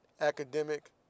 academic